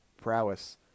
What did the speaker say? prowess